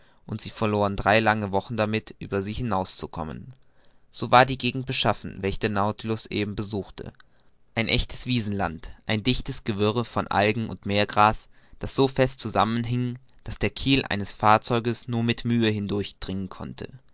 und sie verloren drei lange wochen damit über sie hinaus zu kommen so war die gegend beschaffen welche der nautilus eben besuchte ein echtes wiesenland ein dichtes gewirre von algen und meergras das so fest zusammen hing daß der kiel eines fahrzeuges nur mit mühe hindurchdringen konnte